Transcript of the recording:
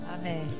Amen